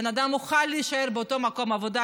בן אדם יוכל להישאר באותו מקום עבודה,